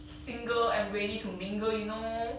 single and ready to mingle you know